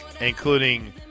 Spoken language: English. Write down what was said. including